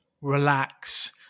relax